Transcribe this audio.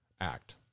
act